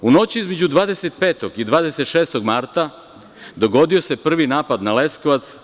U noći između 25. i 26. marta dogodio se prvi napad na Leskovac.